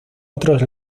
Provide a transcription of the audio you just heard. otros